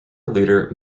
leader